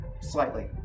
Slightly